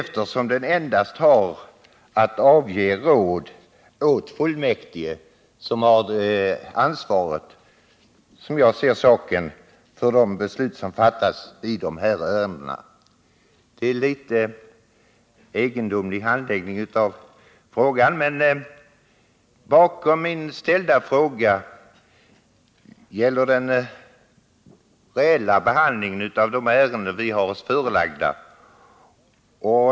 Den har ju endast att lämna råd till riksgäldsfullmäktige, som har ansvaret, som jag ser saken, för de beslut som fattas i de ärenden nämnden bereder. Det är en något egendomlig handläggning, men min fråga gäller den reella behandlingen av de ärenden vi har oss förelagda i riksgäldsfullmäktige.